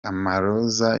amaroza